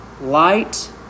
Light